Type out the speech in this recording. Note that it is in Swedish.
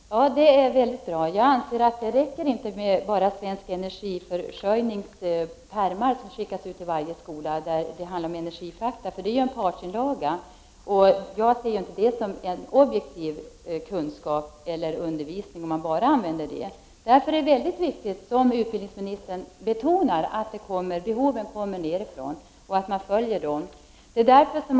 Herr talman! Det är bra. Men när det handlar om energifakta anser jag att det inte räcker med att Svensk Energiförsörjnings pärmar skickas ut till varje skola. Det är ju en partsinlaga. Jag ser det inte som objektiv undervisning, om man använder bara dem. Därför är det — som utbildningsministern betonar — viktigt att behoven kommer nedifrån och att man försöker tillfredsställa dem.